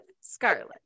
scarlet